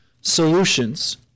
solutions